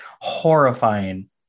horrifying